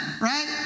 right